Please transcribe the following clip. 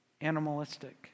animalistic